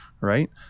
right